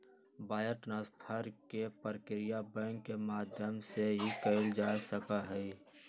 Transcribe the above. wire transfer के प्रक्रिया bank के माध्यम से ही कइल जा सका हई